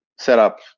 setup